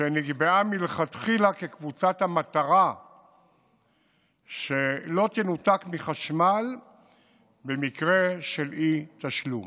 שנקבעה מלכתחילה כקבוצת המטרה שלא תנותק מחשמל במקרה של אי-תשלום.